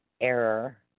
error